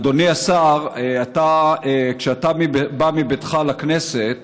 אדוני השר: כשאתה בא מביתך לכנסת